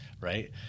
Right